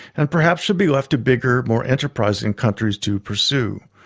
and perhaps should be left to bigger, more enterprising countries to pursue.